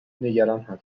نگران